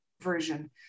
version